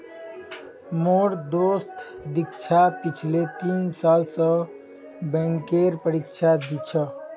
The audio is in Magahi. मोर दोस्त दीक्षा पिछले तीन साल स बैंकेर परीक्षा दी छ